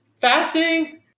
fasting